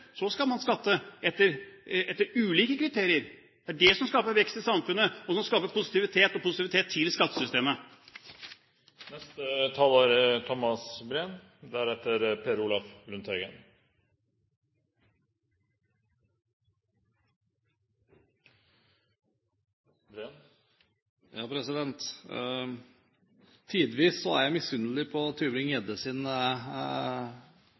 Så skal man skatte, etter ulike kriterier. Det er det som skaper vekst i samfunnet, som skaper positivitet og positivitet til skattesystemet. Tidvis er jeg misunnelig på